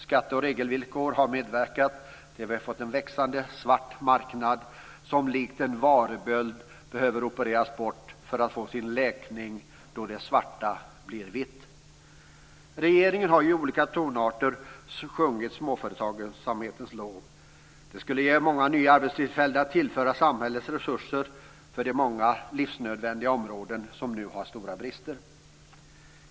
Skatte och regelvillkor har medverkat till att vi har fått en växande svart marknad som likt en varböld behöver opereras bort för att få sin läkning då det svarta blir vitt. Regeringen har i olika tonarter sjungit småföretagsamhetens lov. De skulle ge många nya arbetstillfällen och tillföra samhället resurser för de många livsnödvändiga områden som nu har stora brister.